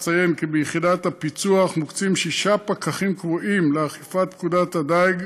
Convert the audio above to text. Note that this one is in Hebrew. אציין כי ביחידת הפיצו"ח מוקצים שישה פקחים קבועים לאכיפת פקודת הדיג,